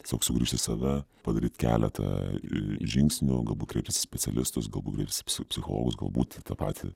tiesiog sugrįžt į save padaryt keletą žingsnių galbūt kreiptis į specialistus galbūt kreptis į psichologus galbūt į tą patį